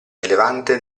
rilevante